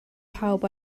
pawb